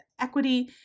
equity